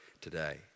today